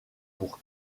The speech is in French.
pour